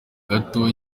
gato